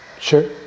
Sure